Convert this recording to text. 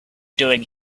doing